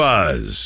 Buzz